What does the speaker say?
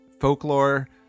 folklore